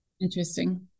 interesting